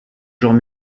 genre